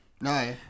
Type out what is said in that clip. No